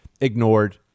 Ignored